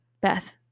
Beth